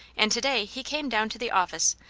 and to-day he came down to the office,